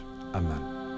Amen